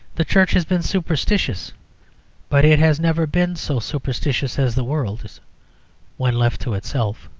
the church has been superstitious but it has never been so superstitious as the world is when left to itself.